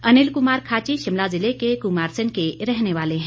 अनिल कुमार खाची शिमला ज़िले के कुमारसैन के रहने वाले हैं